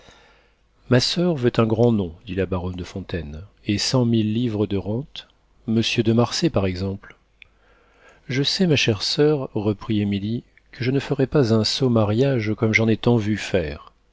ma soeur veut un grand nom dit la baronne de fontaine et cent mille livres de rente monsieur de marsay par exemple je sais ma chère soeur reprit émilie que je ne ferai pas un sot mariage comme j'en ai tant vu faire